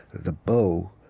the bow,